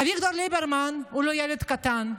אביגדור ליברמן הוא לא ילד קטן.